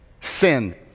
sin